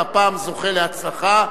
והפעם זוכה להצלחה,